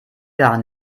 gar